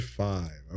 five